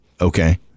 Okay